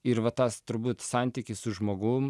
ir va tas turbūt santykis su žmogum